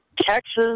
Texas